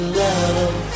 love